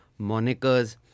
monikers